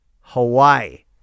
Hawaii